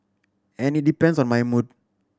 and it depends on my mood